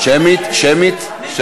אנחנו